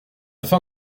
fin